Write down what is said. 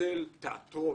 ייפסל תיאטרון?